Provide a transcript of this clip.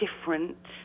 different